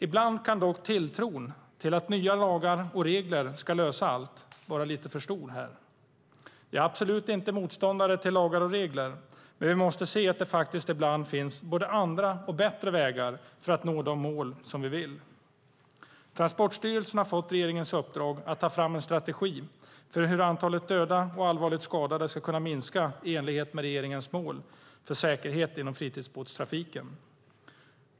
Ibland kan dock tilltron till att nya lagar och regler ska lösa allt vara lite för stor här. Jag är absolut inte motståndare till lagar och regler, men vi måste se att det faktiskt ibland finns både andra och bättre vägar för att nå de mål som vi vill nå. Transportstyrelsen har fått regeringens uppdrag att ta fram en strategi för hur antalet döda och allvarligt skadade ska kunna minska i enlighet med regeringens mål för säkerhet inom fritidsbåtstrafiken.